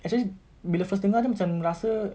actually bila first dengar jer macam rasa